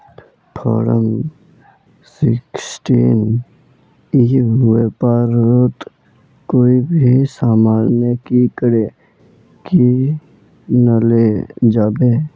Form sixteen ई व्यापारोत कोई भी सामान की करे किनले जाबे?